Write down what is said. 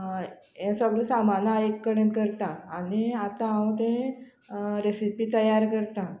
सगळें सामान हांव एक कडेन करता आनी आतां हांव ते रेसिपी तयार करता